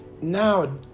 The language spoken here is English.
Now